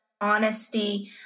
honesty